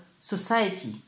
society